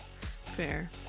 Fair